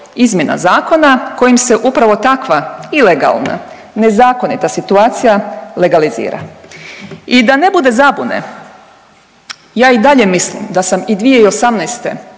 izmjena zakona kojim se upravo takva ilegalna, nezakonita situacija legalizira. I da ne bude zabune, ja i dalje mislim da sam i 2018.